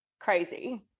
Crazy